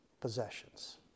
possessions